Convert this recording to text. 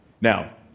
Now